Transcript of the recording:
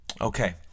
okay